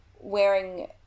wearing